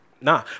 nah